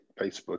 facebook